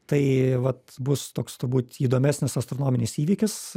tai vat bus toks turbūt įdomesnis astronominis įvykis